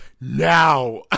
now